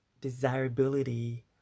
desirability